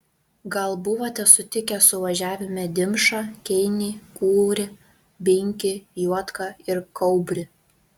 gal buvote sutikę suvažiavime dimšą keinį kūrį binkį juodką ir kaubrį